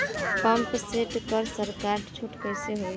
Pump set पर सरकार छूट कईसे होई?